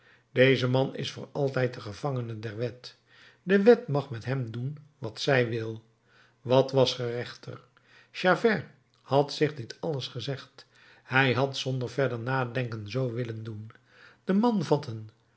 deze man is voor altijd de gevangene der wet de wet mag met hem doen wat zij wil wat was gerechter javert had zich dit alles gezegd hij had zonder verder nadenken zoo willen doen den man vatten